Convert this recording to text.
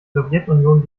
sowjetunion